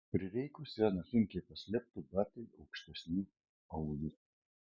prireikus ją nesunkiai paslėptų batai aukštesniu aulu